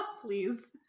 please